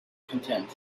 content